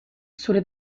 zure